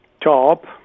top